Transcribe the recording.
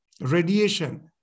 radiation